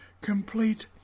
complete